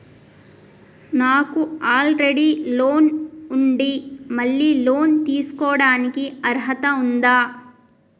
నాకు already loan ఉండి మళ్ళీ లోన్ తీసుకోవడానికి అర్హత ఉందా?